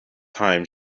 time